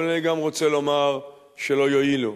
אבל אני גם רוצה לומר שלא יועילו.